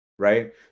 Right